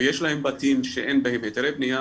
ויש להם בתים שאין בהם היתרי בנייה,